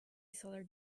seller